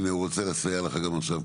הנה, הוא רוצה לסייע לך גם עכשיו.